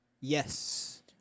Yes